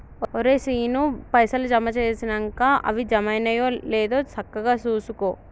ఒరే శీనూ, పైసలు జమ జేసినంక అవి జమైనయో లేదో సక్కగ జూసుకో